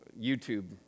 YouTube